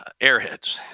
airheads